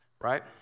Right